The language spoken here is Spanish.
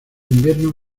invierno